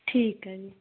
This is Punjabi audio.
ਠੀਕ ਹੈ ਜੀ